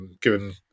given